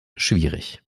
schwierig